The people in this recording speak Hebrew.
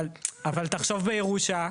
אבל, תחשוב בירושה.